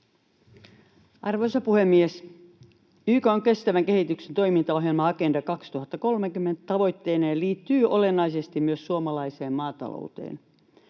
Arvoisa puhemies! YK:n kestävän kehityksen toimintaohjelma Agenda 2030 tavoitteineen liittyy olennaisesti myös suomalaiseen maatalouteen.